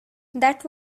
that